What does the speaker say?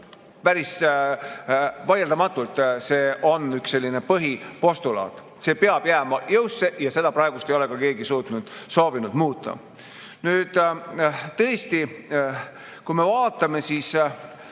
Päris vaieldamatult, see on üks selline põhipostulaat. See peab jääma jõusse ja seda ei ole ka keegi soovinud muuta. Tõesti, kui me vaatame neid